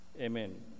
Amen